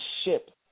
ship